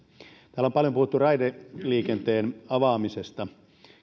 täällä on paljon puhuttu raideliikenteen avaamisesta